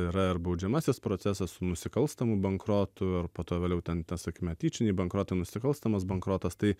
yra ir baudžiamasis procesas su nusikalstamu bankrotu ir po to vėliau ten tas sakykime tyčiniai bankrotai nusikalstamas bankrotas tai